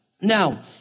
Now